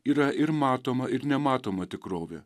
yra ir matoma ir nematoma tikrovė